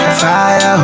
fire